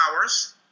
hours